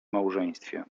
małżeństwie